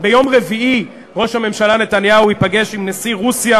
ביום רביעי ראש הממשלה נתניהו ייפגש עם נשיא רוסיה,